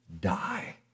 die